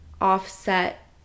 offset